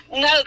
No